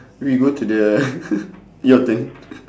we go to the your turn